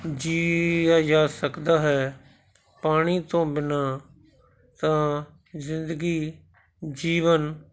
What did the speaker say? ਜੀਆ ਜਾ ਸਕਦਾ ਹੈ ਪਾਣੀ ਤੋਂ ਬਿਨ੍ਹਾਂ ਤਾਂ ਜ਼ਿੰਦਗੀ ਜੀਵਨ